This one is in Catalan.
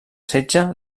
setge